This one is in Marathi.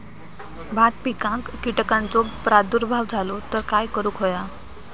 भात पिकांक कीटकांचो प्रादुर्भाव झालो तर काय करूक होया?